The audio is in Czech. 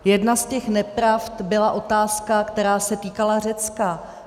Jedna z těch nepravd byla otázka, která se týkala Řecka.